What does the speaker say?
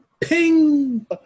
Ping